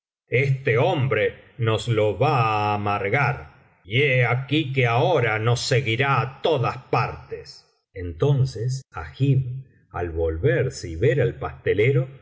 este hombre nos lo va á amargar y he aquí que ahora nos seguirá á todas partes entonces agib al volverse y ver al pastelero